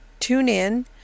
TuneIn